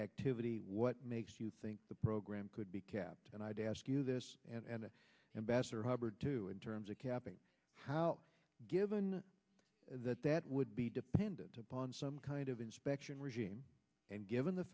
activity what makes you think the program could be kept and i'd ask you this and ambassador hubbard too in terms of capping how given that that would be dependent upon some kind of inspection regime and given the